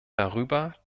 darüber